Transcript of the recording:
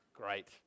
great